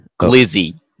Glizzy